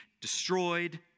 destroyed